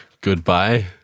goodbye